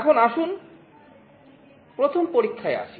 এখন আসুন প্রথম পরীক্ষায় আসি